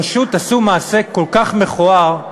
פשוט עשו מעשה כל כך מכוער,